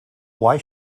why